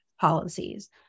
policies